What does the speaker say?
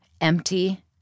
empty